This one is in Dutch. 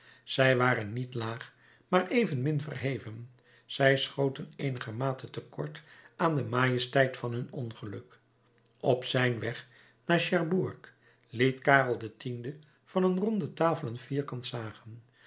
zij waren niet laag maar evenmin verheven zij schoten eenigermate te kort aan de majesteit van hun ongeluk op zijn weg naar cherbourg liet karel x van een ronde tafel een vierkante zagen